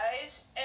guys